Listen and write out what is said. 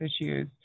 issues